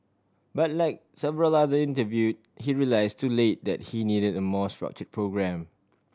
but like several other interview he realise too late that he needed a more structure programme